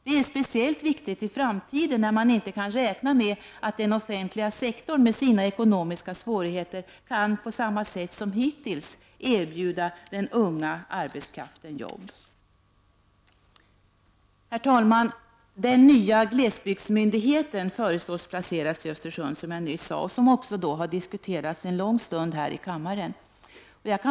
Det är speciellt viktigt i framtiden, när man inte kan räkna med att den offentliga sektorn med sina ekonomiska svårigheter på samma sätt som hittills kan erbjuda den unga arbetskraften jobb. Herr talman! Den nya glesbygdsmyndigheten föreslås bli placerad i Östersund, som jag nyss sade. Den har diskuterats en lång stund i kammaren.